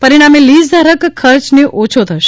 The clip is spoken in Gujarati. પરિણામે લીઝધારક ખર્યને ઓછો થશે